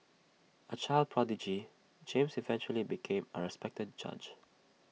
A child prodigy James eventually became A respected judge